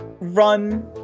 run